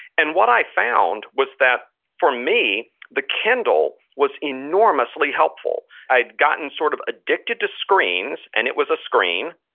and what i found was that for me, the kindle was enormously helpful. i had gotten sort of addicted to screens and it was a screen.